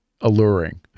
alluring